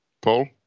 Paul